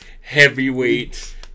heavyweight